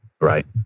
right